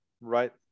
right